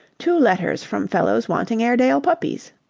two letters from fellows wanting airedale puppies.